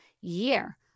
year